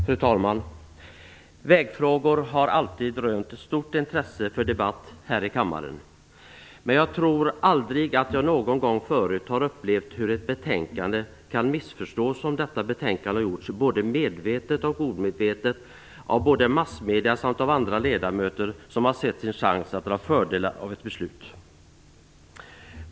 Fru talman! Vägfrågor har alltid rönt stort intresse för debatt i kammaren. Men jag tror att jag aldrig förut har upplevt att ett betänkande kan missförstås så som detta, både medvetet och omedvetet, av massmedierna och ledamöter som har sett sin chans att dra fördelar av ett beslut.